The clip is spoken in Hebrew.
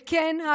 וכן,